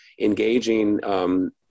engaging